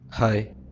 Hi